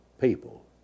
people